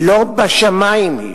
"לא בשמים היא".